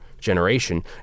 generation